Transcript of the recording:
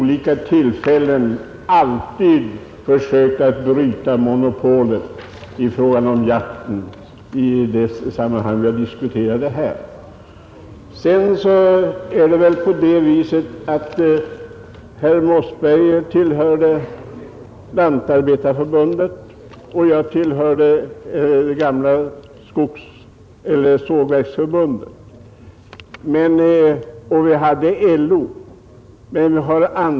Herr talman! I sådana sammanhang när vi här diskuterat saken har jag alltid försökt att bryta monopolet i fråga om jakten. Herr Mossberger tillhör Lantarbetareförbundet, och jag har tillhört det gamla Sågverksarbetareförbundet, som båda har haft LO som huvudorganisation.